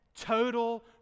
total